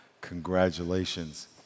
Congratulations